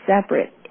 separate